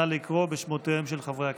נא לקרוא בשמותיהם של חברי הכנסת.